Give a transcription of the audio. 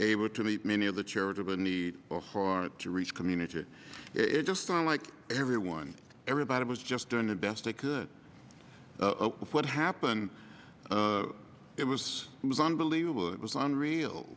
able to meet many of the charitable need far to reach community just on like everyone everybody was just doing the best they could what happened it was it was unbelievable it was unreal